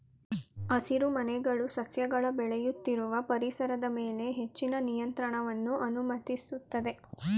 ಹಸಿರುಮನೆಗಳು ಸಸ್ಯಗಳ ಬೆಳೆಯುತ್ತಿರುವ ಪರಿಸರದ ಮೇಲೆ ಹೆಚ್ಚಿನ ನಿಯಂತ್ರಣವನ್ನು ಅನುಮತಿಸ್ತದೆ